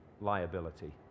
liability